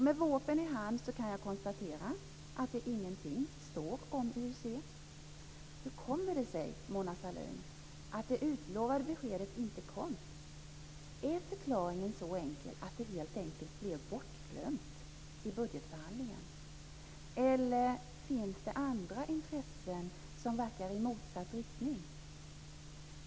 Med VÅP:en i hand kan jag konstatera att det ingenting står om IUC. Hur kommer det sig, Mona Sahlin, att det utlovade beskedet inte kom? Är förklaringen så enkel att det helt enkelt blev bortglömt i budgetförhandlingen? Eller finns det andra intressen som verkar i motsatt riktning?